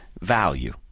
Value